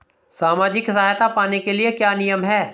सामाजिक सहायता पाने के लिए क्या नियम हैं?